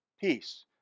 Peace